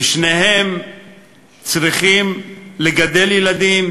ושניהם צריכים לגדל ילדים